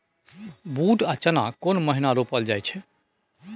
बूट आ चना केना महिना रोपल जाय छै?